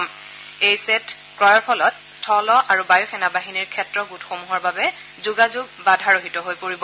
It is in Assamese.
এই ছেট ৰেডিঅ ছেট ক্ৰয়ৰ ফলত স্থল আৰু বায়ু সেনাবাহিনীৰ ক্ষেত্ৰ গোটসমূহৰ বাবে যোগাযোগ বাধাৰহিত হৈ পৰিব